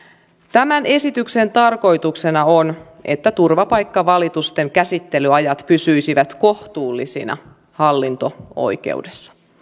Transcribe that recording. tämän esityksen tarkoituksena on että turvapaikkavalitusten käsittelyajat pysyisivät kohtuullisina hallinto oikeudessa